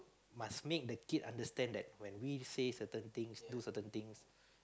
must make the kid understand that when we say certain things do certain things